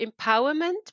empowerment